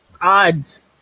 Odds